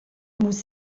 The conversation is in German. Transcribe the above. muss